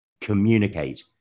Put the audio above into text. communicate